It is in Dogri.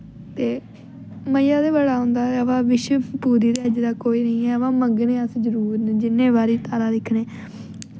ते मज़ा ते बड़ा औंदा अवा विश पूरी ते अज्ज तक ते होई नी ऐ ब मंगने अस जरूर न जिन्ने बारीं तारा दिक्खने